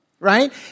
Right